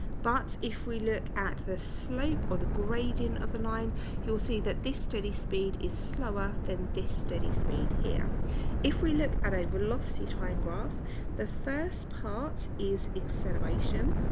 but if we look at the slope or the gradient of the line you will see that this steady speed is slower than this steady speed here if we look at a velocity time graph the first part is acceleration